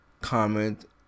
comment